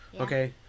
Okay